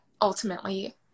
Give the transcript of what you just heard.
ultimately